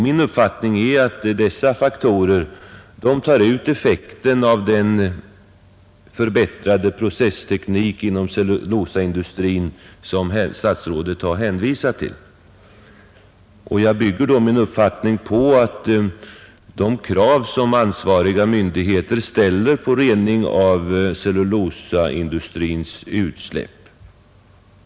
Min uppfattning är att dessa faktorer tar bort effekten av den förbättrade processteknik inom cellulosaindustrin som statsrådet har hänvisat till. Jag bygger då min uppfattning på de krav som ansvariga myndigheter ställer på rening av cellulosaindustrins utsläpp.